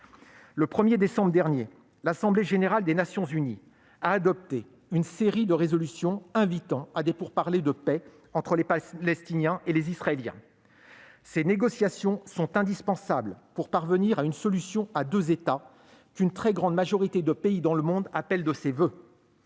Le 1 décembre dernier, l'Assemblée générale des Nations unies a adopté une série de résolutions invitant à des pourparlers de paix entre les Palestiniens et les Israéliens. Ces négociations sont indispensables pour parvenir à une solution à deux États, qu'une très grande majorité de pays dans le monde appelle de ses voeux.